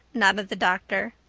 nodded the doctor.